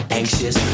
anxious